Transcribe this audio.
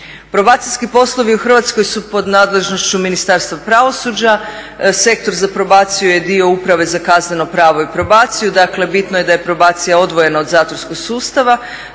Probacijski poslovi u Hrvatskoj su pod nadležnošću Ministarstva pravosuđa, Sektor za probaciju je dio Uprave za kazneno pravo i probaciju, dakle bitno je da je probacija odvojena od zatvorskog sustava,